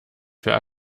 für